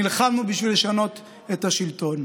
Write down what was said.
נלחמנו בשביל לשנות את השלטון.